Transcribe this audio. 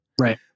Right